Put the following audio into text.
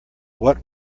what